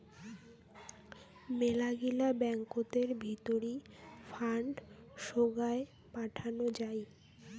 মেলাগিলা ব্যাঙ্কতের ভিতরি ফান্ড সোগায় পাঠানো যাই